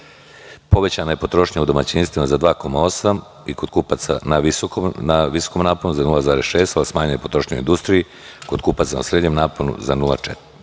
Povećana je potrošnja u domaćinstvima za 2,8% i kod kupaca na visokom naponu za 0,6%, a smanjena je potrošnja u industriji kod kupaca na srednjem naponu za 0,4%,